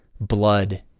blood